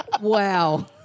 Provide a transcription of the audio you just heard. Wow